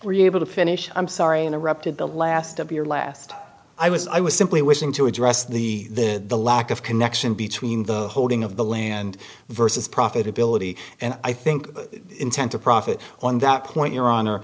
were you able to finish i'm sorry i interrupted the last of your last i was i was simply wishing to address the the lack of connection between the holding of the land versus profitability and i think intent to profit on that point your honor